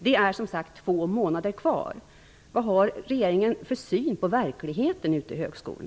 Det är, som sagt, två månader kvar.